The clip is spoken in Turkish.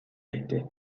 etti